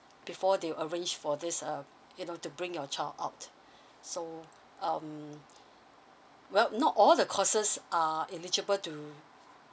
before they arrange for this uh you know to bring your child out so um well not all the courses are eligible to